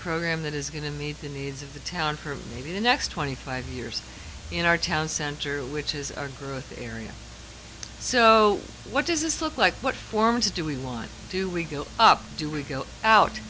program that is going to meet the needs of the town for maybe the next twenty five years in our town center which is our growth area so what does this look like what form to do we want do we go up do we go out